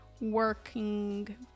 working